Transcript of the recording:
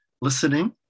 listening